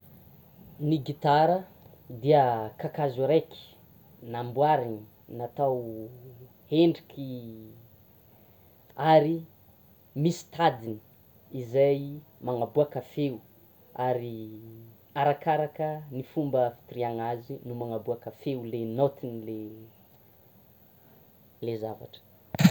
Ny gitara dia kakazo araiky nambarina namboarina natao hendriky ary misy tadiny izay manaboaka feo ary arakaraka ny fomba itiriana azy no manaboaka feo le naotin'le zavatra.